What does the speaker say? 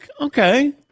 okay